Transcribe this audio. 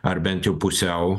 ar bent jau pusiau